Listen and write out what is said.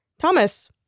Thomas